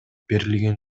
берилген